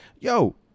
Yo